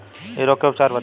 इ रोग के उपचार बताई?